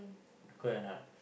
correct or not